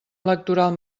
electoral